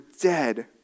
dead